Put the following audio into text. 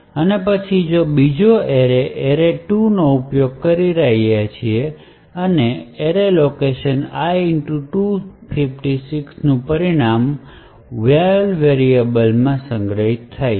અને પછી બીજો અરે array2 નો ઉપયોગ કરી રહ્યાં છીયે અરે લોકેશન I 256 નું પરિણામ viol વેરિએબલ માં સંગ્રહિત થાય છે